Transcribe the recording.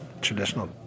traditional